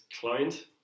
client